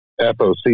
FOC